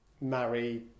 marry